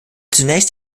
zunächst